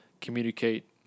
communicate